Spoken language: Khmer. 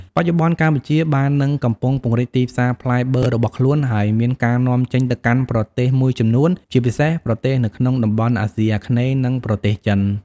បច្ចុប្បន្ន កម្ពុជាបាននឹងកំពុងពង្រីកទីផ្សារផ្លែបឺររបស់ខ្លួន ហើយមានការនាំចេញទៅកាន់ប្រទេសមួយចំនួន ជាពិសេសប្រទេសនៅក្នុងតំបន់អាស៊ីអាគ្នេយ៍ និងប្រទេសចិន។